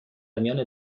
میان